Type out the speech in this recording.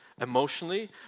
emotionally